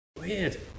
Weird